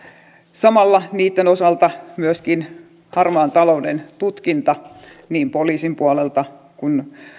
samalla myöskin harmaan talouden tutkinta niin poliisin puolelta